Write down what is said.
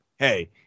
hey